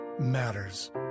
matters